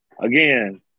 again